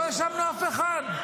לא האשמנו אף אחד.